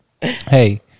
Hey